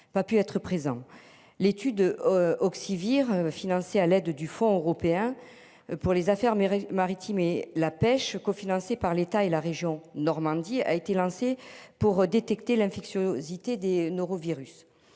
l'étude. Oxy vire financé à l'aide du Fonds européen pour les affaires mais maritimes et la pêche cofinancé par l'État et la région Normandie a été lancée pour détecter l'infectiosité des norovirus.